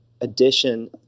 addition